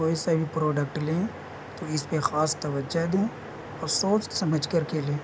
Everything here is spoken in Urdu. کوئی سا بھی پروڈکٹ لیں تو اس پہ خاص توجہ دیں اور سوچ سمجھ کر کے لیں